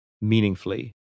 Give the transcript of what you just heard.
meaningfully